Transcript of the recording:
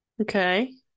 Okay